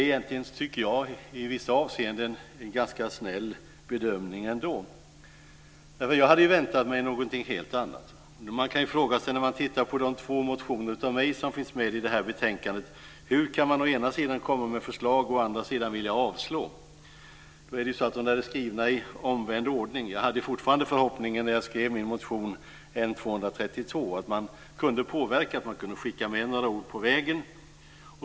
Det är ändå i vissa avseenden en ganska snäll bedömning. Jag hade väntat mig någonting helt annat. När man tittar på de två motioner av mig som finns med i betänkandet kan man fråga sig hur jag å ena sidan kan komma med förslag och å andra sidan yrkar avslag. Motionerna är skrivna i omvänd ordning. Jag hade fortfarande en förhoppning när jag väckte motion N232 att jag kunde påverka och skicka med några ord på vägen.